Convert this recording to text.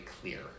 clear